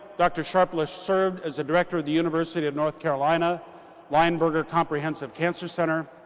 dr. sharpless served as the director of the university of north carolina lineberger comprehensive cancer center.